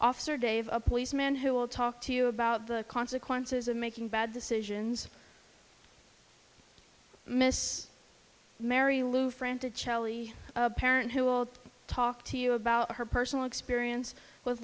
officer dave a policeman who will talk to you about the consequences of making bad decisions miss mary lou fran to charlie parent who will talk to you about her personal experience w